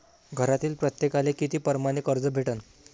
घरातील प्रत्येकाले किती परमाने कर्ज भेटन?